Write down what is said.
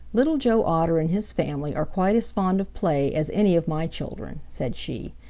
little joe otter and his family are quite as fond of play as any of my children, said she.